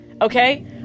Okay